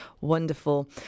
wonderful